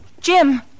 Jim